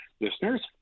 listeners